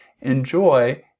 enjoy